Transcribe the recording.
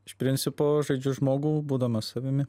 iš principo žodžiu žmogų būdama savimi